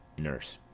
nurse.